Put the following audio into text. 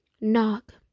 knock